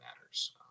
matters